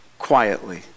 Quietly